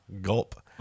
Gulp